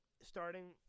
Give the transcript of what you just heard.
starting